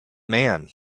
man